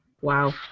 Wow